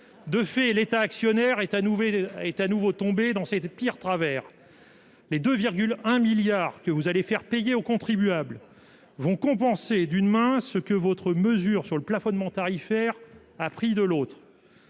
de fait, l'État actionnaire est à nouveau est à nouveau tombé dans ses 2 pires travers. Les 2 1 milliards que vous allez faire payer aux contribuables vont compenser d'une main ce que votre mesure sur le plafonnement tarifaire a pris de l'autre